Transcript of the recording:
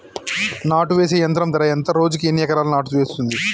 నాటు వేసే యంత్రం ధర ఎంత రోజుకి ఎన్ని ఎకరాలు నాటు వేస్తుంది?